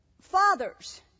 Fathers